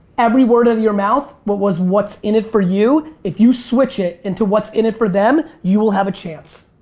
every word out of your mouth but was, what's in it for you. if you switch it into what's in it for them, you will have a chance.